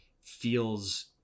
feels